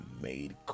made